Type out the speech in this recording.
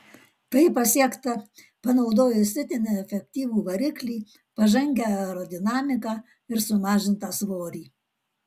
tai pasiekta panaudojus itin efektyvų variklį pažangią aerodinamiką ir sumažintą svorį